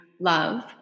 love